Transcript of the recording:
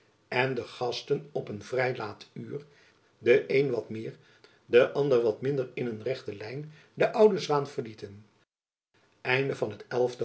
en de gasten op een vrij laat uur de een wat meer de ander wat minder in een rechte lijn de oude zwaen verlieten jacob van